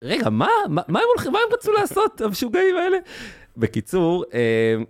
רגע, מה? מה הם הולכים, מה הם רצו לעשות, המשוגעים האלה? בקיצור... אמ...